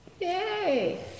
Yay